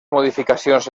modificacions